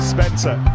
Spencer